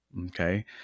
Okay